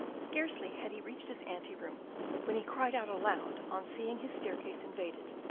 scarcely had he reached his anteroom when he cried out aloud on seeing his staircase invaded,